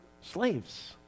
slaves